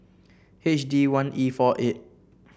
H D one E four eight